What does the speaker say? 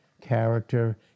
character